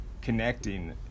connecting